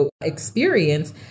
experience